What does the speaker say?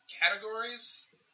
categories